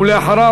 ואחריו,